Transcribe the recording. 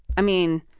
i mean,